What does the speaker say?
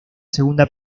segunda